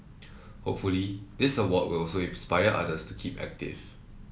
hopefully this award will also inspire others to keep active